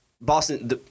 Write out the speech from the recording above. Boston